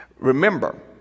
Remember